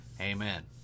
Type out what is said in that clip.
amen